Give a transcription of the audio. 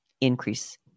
increase